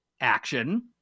action